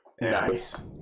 Nice